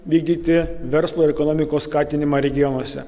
vykdyti verslo ir ekonomikos skatinimą regionuose